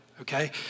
okay